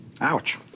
Ouch